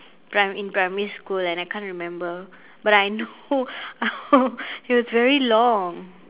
pri~ in primary school and I can't remember but I know it was very long